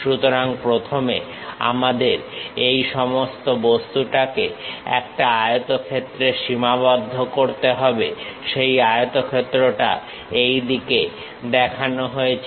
সুতরাং প্রথমে আমাদের এই সমস্ত বস্তুটাকে একটা আয়তক্ষেত্রে সীমাবদ্ধ করতে হবে সেই আয়তক্ষেত্রটা এইদিকে দেখানো হয়েছে